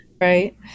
Right